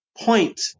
point